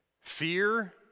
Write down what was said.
Fear